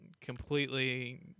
completely